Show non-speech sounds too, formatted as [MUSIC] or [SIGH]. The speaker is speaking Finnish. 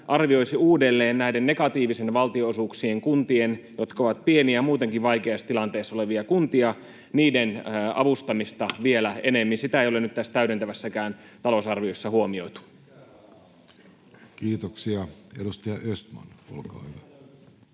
arvioisi uudelleen näiden negatiivisten valtionosuuksien kuntien, jotka ovat pieniä ja muutenkin vaikeassa tilanteessa olevia kuntia, avustamista [NOISE] vielä enemmän. Sitä ei ole nyt tässä täydentävässäkään talousarviossa huomioitu. [Speech 41] Speaker: